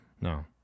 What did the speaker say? No